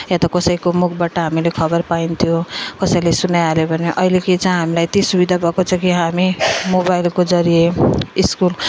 वा त कसैको मुखबाट हामीले खबर पाइन्थ्यो कसैले सुनाइहाल्यो भने अहिले के छ हामीलाई यति सुविधा भएको छ कि हामी मोबाइलको जरिया यसको